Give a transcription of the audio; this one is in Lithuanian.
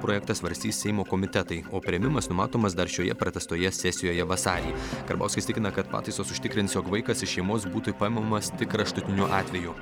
projektą svarstys seimo komitetai o priėmimas numatomas dar šioje pratęstoje sesijoje vasarį karbauskis tikina kad pataisos užtikrins jog vaikas iš šeimos būtų paimamas tik kraštutiniu atveju